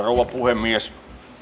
rouva puhemies